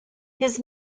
his